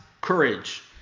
courage